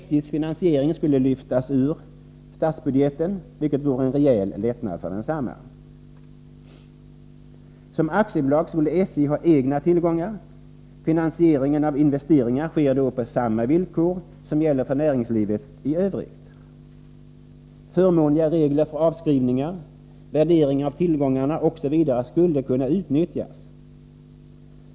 SJ:s finansiering skulle lyftas ut från statsbudgeten, vilket vore en rejäl lättnad för densamma. Som aktiebolag skulle SJ ha egna tillgångar. Finansieringen av investeringar sker då på samma vilkor som gäller för näringslivet i övrigt. Förmånliga regler för avskrivningar, värdering av tillgångar osv. skulle kunna utnyttjas.